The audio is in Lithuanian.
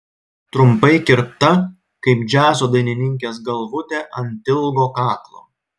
trumpai kirpta kaip džiazo dainininkės galvutė ant ilgo kaklo